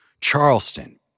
Charleston